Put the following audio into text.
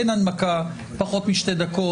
אין הנמקה פחות משתי דקות.